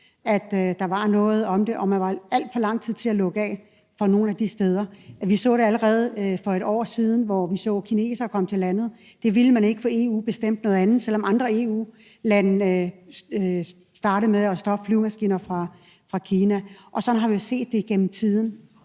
at der var noget om det. Man var alt for lang tid om at lukke af for nogle af de steder. Vi så det allerede for et år siden, hvor kinesere kom til landet. Det ville man ikke, for EU bestemte noget andet, selv om andre EU-lande startede med at stoppe for flyvemaskiner fra Kina, og sådan har vi set det over tid.